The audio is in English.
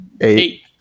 Eight